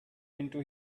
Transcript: into